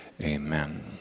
amen